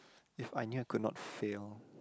if I knew I could not fail